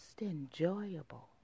enjoyable